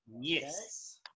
Yes